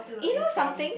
you know something